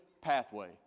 pathway